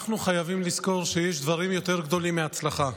אנחנו חייבים לזכור שיש דברים יותר גדולים מהצלחה,